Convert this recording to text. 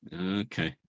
Okay